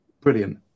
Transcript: brilliant